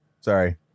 Sorry